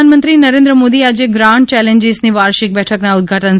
પ્રધાનમંત્રી નરેન્દ્ર મોદી આજે ગ્રાન્ડ ચેલેન્જીસની વાર્ષિક બેઠકના ઉદ્દઘાટન